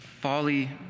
folly